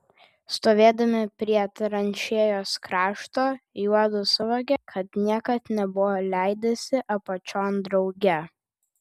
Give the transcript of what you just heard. stovėdami prie tranšėjos krašto juodu suvokė kad niekad nebuvo leidęsi apačion drauge